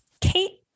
Kate